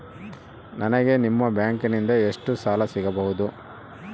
ನನಗ ನಿಮ್ಮ ಬ್ಯಾಂಕಿನಿಂದ ಎಷ್ಟು ಸಾಲ ಸಿಗಬಹುದು?